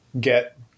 get